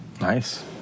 Nice